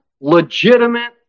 legitimate